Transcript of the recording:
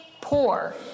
poor